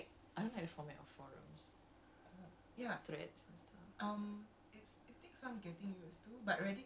they're so savvy I swear I feel like I need to be on reddit but I'm just like I I don't like I don't like the format of forums